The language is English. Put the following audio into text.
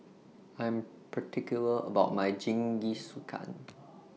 I Am particular about My Jingisukan